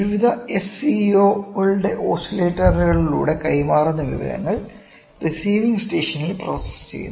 വിവിധ എസ്സിഒകളുടെ ഓസിലേറ്ററുകളിലൂടെ കൈമാറുന്ന വിവരങ്ങൾ റിസിവിങ് സ്റ്റേഷനിൽ പ്രോസസ്സ് ചെയ്യുന്നു